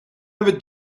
ever